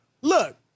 look